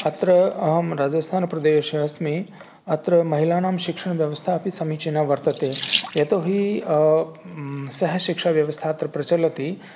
अत्र अहं राजस्थानप्रदेशे अस्मि अत्र महिलानां शिक्षणव्यवस्था अपि समीचीना वर्तते यतोहि सहशिक्षाव्यवस्था अत्र प्रचलति